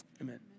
amen